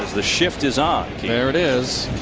the shift is on. there it is.